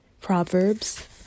Proverbs